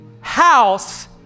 house